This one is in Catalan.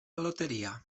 loteria